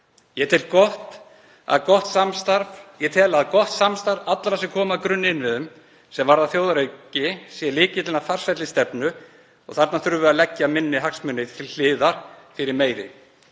Ég tel að gott samstarf allra sem koma að grunninnviðum sem varða þjóðaröryggi sé lykillinn að farsælli stefnu og þarna þurfum við að leggja minni hagsmuni til hliðar fyrir meiri.